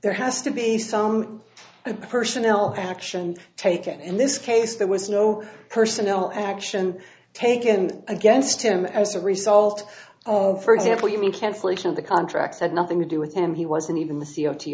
there has to be some personnel action taken in this case there was no personal action taken against him as a result of for example you mean cancellation of the contracts had nothing to do with him he wasn't even